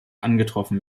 angetroffen